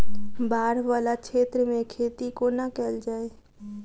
बाढ़ वला क्षेत्र मे खेती कोना कैल जाय?